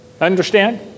Understand